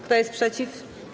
Kto jest przeciw?